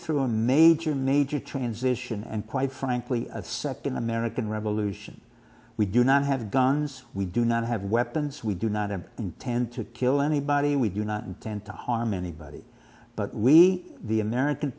through a major major transition and quite frankly a second american revolution we do not have guns we do not have weapons we do not have intent to kill anybody we do not intend to harm anybody but we the american